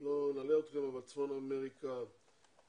לא נלאה אתכם, אבל צפון אמריקה 24%,